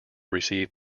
receive